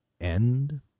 End